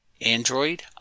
Android